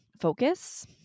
focus